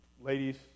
ladies